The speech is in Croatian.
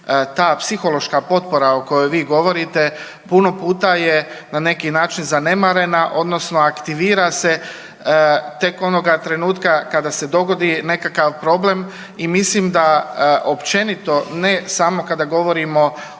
Ta psihološka potpora o kojoj vi govorite puno puta je na neki način zanemarena odnosno aktivira se tek onoga trenutka kada se dogodi nekakav problem i mislim da općenito ne samo kada govorimo